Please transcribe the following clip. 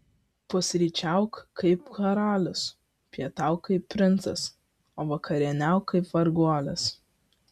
pusryčiauk kaip karalius pietauk kaip princas o vakarieniauk kaip varguolis